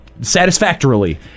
satisfactorily